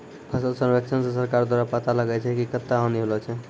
फसल सर्वेक्षण से सरकार द्वारा पाता लगाय छै कि कत्ता हानि होलो छै